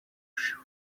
shoe